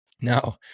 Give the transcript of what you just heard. Now